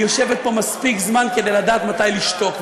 היא יושבת פה מספיק זמן לדעת מתי לשתוק,